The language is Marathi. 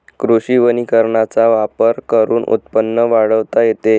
कृषी वनीकरणाचा वापर करून उत्पन्न वाढवता येते